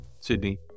Sydney